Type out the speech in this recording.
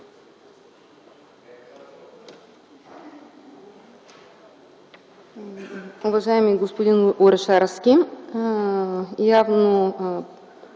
Уважаеми господин Орешарски, явно